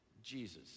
Jesus